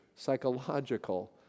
psychological